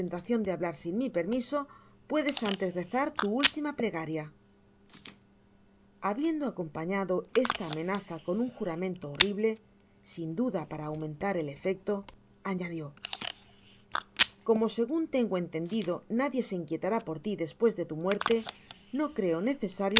de hablar'sin mi permiso puedes antes rezar tu última plegaria habiendo acompañado esta amenaza con un juramento horrible sin duda para aumentar el efecto añadió como segun tengo entendido nadie se inquietará por ti despues de tu muerte no creo